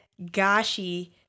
Gashi